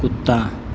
कुत्ता